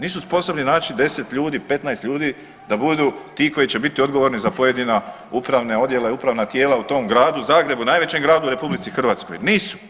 Nisu sposobni naći 10 ljudi, 15 ljudi da budu ti koji će biti odgovorni za pojedina upravne odjele, upravna tijela u tom gradu Zagrebu najvećem gradu u RH, nisu.